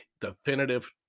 definitive